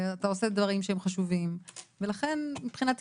ואתה עושה דברים שהם חשובים ולכן מבחינתי